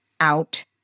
out